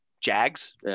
Jags